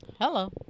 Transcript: Hello